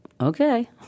okay